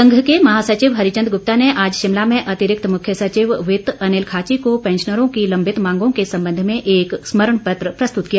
संघ के महासचिव हरिचंद ग्रप्ता ने आज शिमला में अतिरिक्त मुख्य सचिव वित्त अनिल खाची को पैंशनरों की लंबित मांगों के संबंध में एक स्मरण पंत्र प्रस्तुत किया